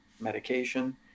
medication